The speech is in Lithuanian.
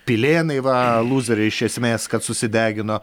pilėnai va lūzeriai iš esmės kad susidegino